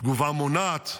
תגובה מונעת,